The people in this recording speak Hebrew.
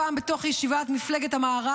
הפעם בתוך ישיבת מפלגת המערך.